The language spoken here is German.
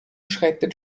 schreitet